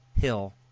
hill